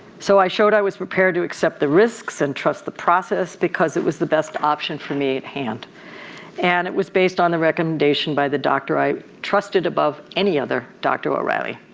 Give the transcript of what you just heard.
so i showed i was prepared to accept the risks and trust the process because it was the best option for me at hand and it was based on the recommendation by the doctor i trusted above any other, dr. o'reilly.